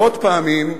מאות פעמים,